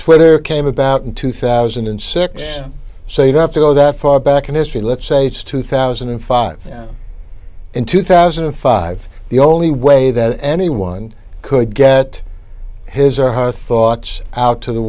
twitter came about in two thousand and six so you have to go that far back in history let's say it's two thousand and five in two thousand and five the only way that anyone could get his or her thoughts out to the